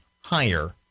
higher